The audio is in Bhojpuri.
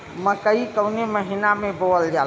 मकई कवने महीना में बोवल जाला?